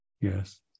yes